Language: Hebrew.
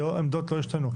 העמדות לא השתנו.